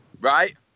Right